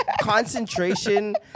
concentration